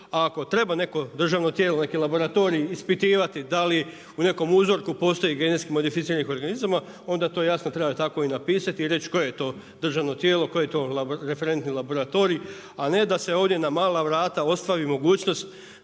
A ako treba neko državno tijelo neki laboratorij ispitivati da li u nekom uzorku postoji GMO-a onda to jasno treba tako i napisati i reći koje je to državno tijelo, koji je to referentni laboratorij, a ne da se ovdje na mala vrata ostavi mogućnost